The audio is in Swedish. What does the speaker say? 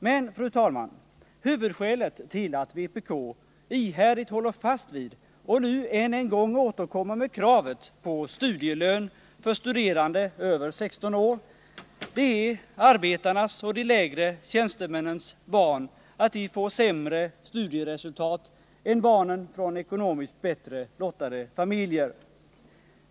Men, fru talman, huvudskälet till att vpk ihärdigt håller fast vid och nu än en gång återkommer med kravet på studielön för studerande över 16 år är att arbetarnas och de lägre tjänstemännens barn får sämre studieresultat än barnen från ekonomiskt bättre lottade familjer.